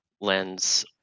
lens